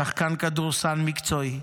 שחקן כדורסל מקצועי,